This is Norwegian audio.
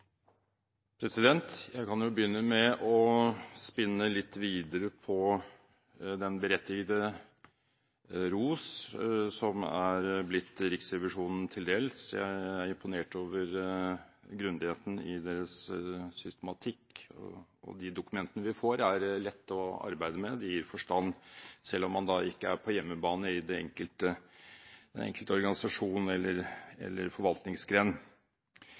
blitt Riksrevisjonen til del. Jeg er imponert over grundigheten i deres systematikk, og de dokumentene vi får, er lette å arbeide med. De gir forstand, selv om man ikke er på hjemmebane i den enkelte organisasjon eller forvaltningsgren.